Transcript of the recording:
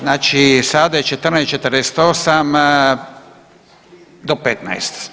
Znači sada je 14 i 48, do 15.